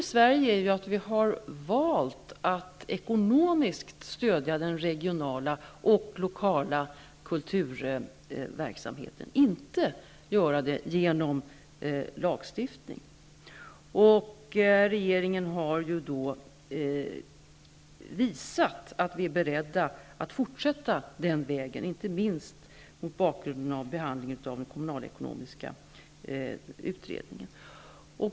I Sverige har vi ju valt att stödja den regionala och lokala kulturverksamheten ekonomiskt, inte att göra det genom lagstiftning. Regeringen har visat att den är beredd att fortsätta den vägen, inte minst vid behandlingen av den kommunalekonomiska utredningen.